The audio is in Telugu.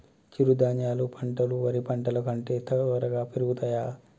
చిరుధాన్యాలు పంటలు వరి పంటలు కంటే త్వరగా పెరుగుతయా?